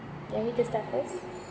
you want me to start first